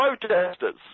protesters